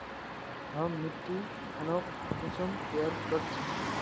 हम मिट्टी खानोक कुंसम तैयार कर छी?